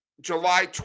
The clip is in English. july